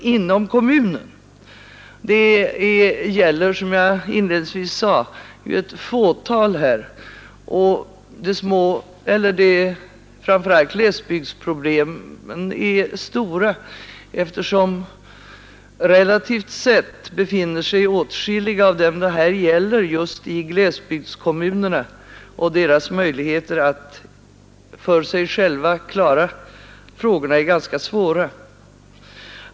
Det gäller ju, som jag inledningsvis sade, ett fåtal människor. Framför 125 allt i glesbygderna är problemen stora, och åtskilliga av dem det här gäller befinner sig just i glesbygdskommunerna, där möjligheterna att lösa frågorna är ganska små.